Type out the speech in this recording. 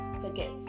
forgive